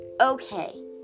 Okay